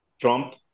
Trump